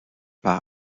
par